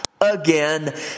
again